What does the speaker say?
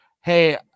hey